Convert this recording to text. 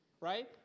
Right